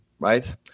Right